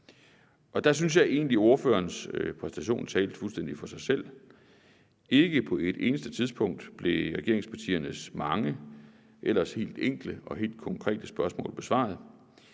og der synes jeg egentlig ordførerens præstation talte fuldstændig for sig selv: Ikke på et eneste tidspunkt blev regeringspartiernes mange ellers helt enkle og helt konkrete spørgsmål besvaret.